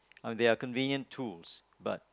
oh they are convenient tools but